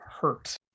Hurt